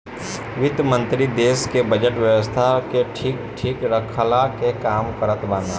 वित्त मंत्री देस के बजट व्यवस्था के भी ठीक रखला के काम करत बाने